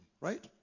Right